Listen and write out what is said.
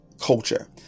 culture